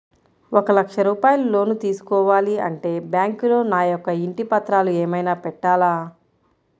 ఒక లక్ష రూపాయలు లోన్ తీసుకోవాలి అంటే బ్యాంకులో నా యొక్క ఇంటి పత్రాలు ఏమైనా పెట్టాలా?